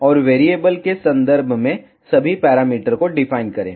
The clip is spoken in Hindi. और वेरिएबल के संदर्भ में सभी पैरामीटर को डिफाइन करें